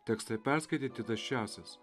tekstą perskaitė titas česas